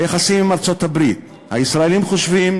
היחסים עם ארצות-הברית, הישראלים חושבים